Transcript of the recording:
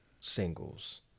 singles